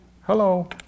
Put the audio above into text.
Hello